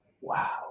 wow